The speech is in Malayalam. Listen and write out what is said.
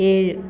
ഏഴ്